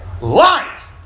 Life